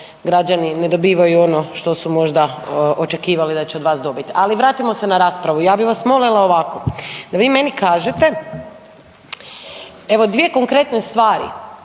ne dobivaju ono što su možda očekivali da će od vas dobiti. Ali vratimo se na raspravu. Ja bih vas molila ovako da vi meni kažete evo dvije konkretne stvari